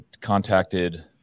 contacted